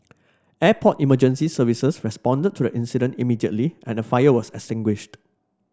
Airport Emergency Service responded to the incident immediately and the fire was extinguished